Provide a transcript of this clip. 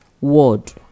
word